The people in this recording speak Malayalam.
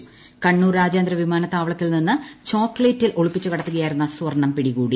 സ്വർണ്ണം പിടികൂടി കണ്ണൂർ രാജ്യാന്തര വിമാനത്താവളത്തിൽ നിന്ന് ചോക്ളേറ്റിൽ ഒളിപ്പിച്ചു കടത്തുകയായിരുന്ന സ്വർണ്ണം പിടികൂടി